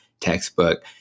textbook